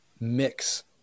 mix